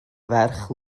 ferch